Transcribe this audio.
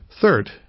Third